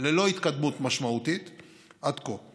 ללא התקדמות משמעותית עד כה.